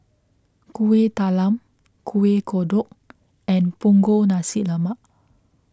Kueh Talam Kuih Kodok and Punggol Nasi Lemak